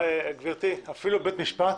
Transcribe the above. גברתי, אפילו בבית משפט